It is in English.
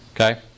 Okay